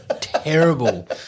terrible